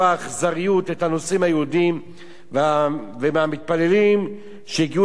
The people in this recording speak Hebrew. את הנוסעים היהודים והמתפללים שהגיעו למקום.